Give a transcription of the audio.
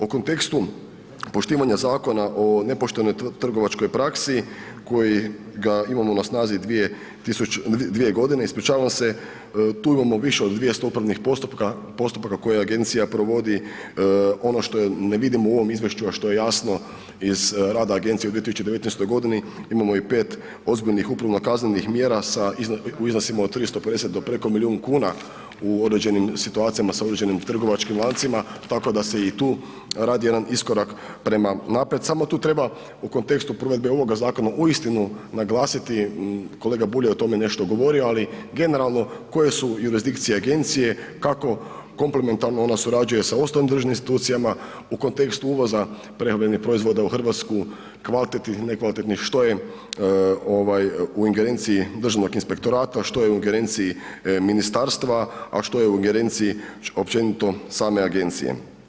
O kontekstu poštivanja Zakona o nepoštenoj trgovačkoj praksi kojega imamo na snazi 2 tisuće, 2.g., ispričavam se, tu imamo više od 200 upravnih postupaka koje agencija provodi, ono što ne vidimo u ovom izvješću, a što je jasno iz rada agencije u 2019.g. imamo i 5 ozbiljnih upravno kaznenih mjera sa, u iznosima od 350 do preko milijun kuna u određenim situacijama sa određenim trgovačkim lancima, tako da se i tu radi jedan iskorak prema naprijed, samo tu treba u kontekstu provedbe ovoga zakona uistinu naglasiti, kolega Bulj je o tome nešto govorio, ali generalno koje su jurisdikcije agencije, kako komplementarno ona surađuje sa ostalim državnim institucijama u kontekstu uvoza prehrambenih proizvoda u RH, kvalitetnih, nekvalitetnih, što je ovaj u ingerenciji državnog inspektorata, što je u ingerenciji ministarstva, a što je u ingerenciji općenito same agencije.